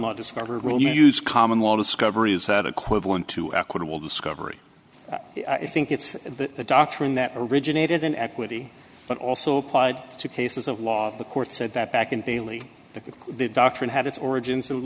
law discover rule use common law discoveries that equivalent to equitable discovery i think it's the doctrine that originated in equity but also applied to cases of law the court said that back in daly that the doctrine had its origins